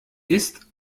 ist